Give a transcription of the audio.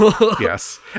Yes